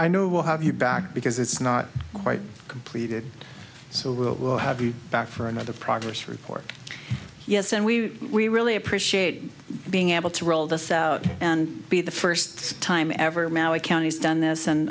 have you back because it's not quite completed so we'll have you back for another progress report yes and we we really appreciate being able to roll this out and be the first time ever maui county has done this and